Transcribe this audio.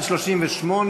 סעיפים 1 2 נתקבלו.